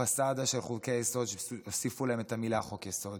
פסדה של חוקי-יסוד שהוסיפו להם את המילה חוק-יסוד,